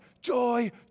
joy